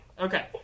Okay